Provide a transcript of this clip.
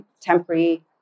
Temporary